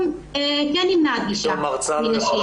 ופתאום המרחב הציבורי הוא נפרד ופתאום כן נמנעת גישה מנשים,